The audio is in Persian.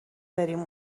بریم